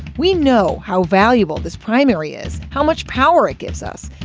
we know how valuable this primary is, how much power it gives us.